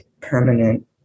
permanent